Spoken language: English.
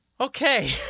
Okay